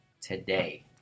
today